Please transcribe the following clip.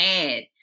add